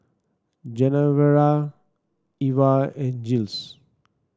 Genevra Eva and Jiles